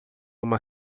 uma